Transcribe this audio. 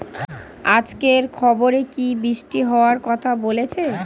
আজকের খবরে কি বৃষ্টি হওয়ায় কথা বলেছে?